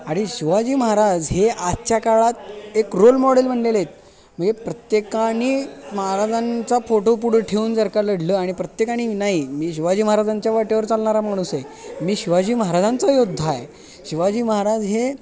आणि शिवाजी महाराज हे आजच्या काळात एक रोल मॉडेल बनलेले आहेत म्हणजे प्रत्येकाने महाराजांचा फोटो पुढं ठेऊन जर का लढलं आणि प्रत्येकाने नाही मी शिवाजी महाराजांच्या वाटेवर चालणारा माणूस आहे मी शिवाजी महाराजांचा योद्धा आहे शिवाजी महाराज हे